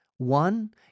One